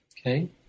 Okay